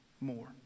more